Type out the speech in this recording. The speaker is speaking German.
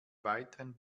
weiteren